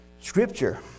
Scripture